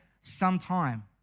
sometime